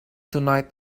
tonight